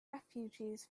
refugees